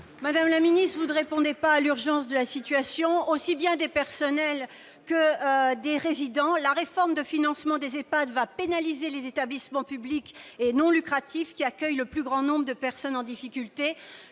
Madame la ministre, vous ne répondez pas au caractère d'urgence de la situation que vivent aussi bien des personnels que des résidents. La réforme de financement des EHPAD va pénaliser les établissements publics et non lucratifs, qui accueillent le plus grand nombre de personnes en difficulté.